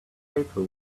paper